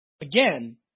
again